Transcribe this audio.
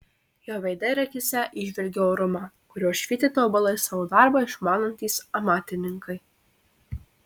jo veide ir akyse įžvelgiau orumą kuriuo švyti tobulai savo darbą išmanantys amatininkai